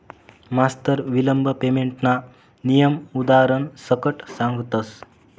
मास्तर विलंब पेमेंटना नियम उदारण सकट सांगतस